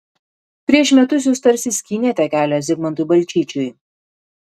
prieš metus jūs tarsi skynėte kelią zigmantui balčyčiui